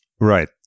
Right